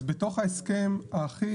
אז בתוך ההסכם האחיד,